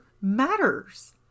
matters